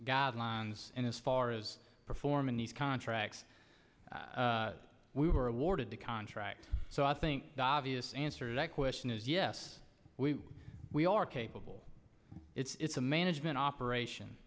guidelines and as far as performing these contracts we were awarded the contract so i think the obvious answer that question is yes we we are capable it's a management operation